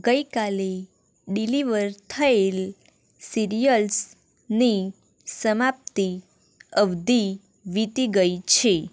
ગઈ કાલે ડિલિવર થયેલ સીરીઅલ્સની સમાપ્તિ અવધિ વીતી ગઈ છે